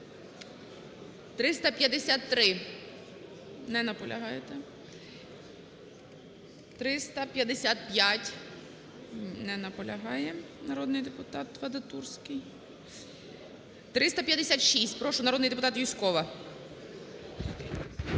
353. Не наполягаєте. 355. Не наполягаємо, народний депутатВадатурський. 456. Прошу, народний депутат Юзькова.